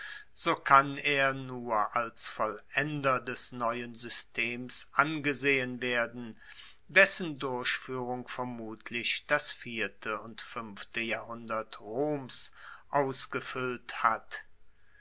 so kann er nur als vollender des neuen systems angesehen werden dessen durchfuehrung vermutlich das vierte und fuenfte jahrhundert roms ausgefuellt hat